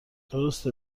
درسته